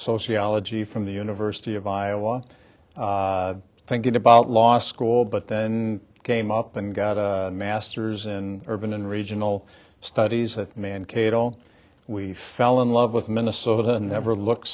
sociology from the university of iowa thinking about law school but then came up and got a master's in urban and regional studies that man cato we fell in love with minnesota never look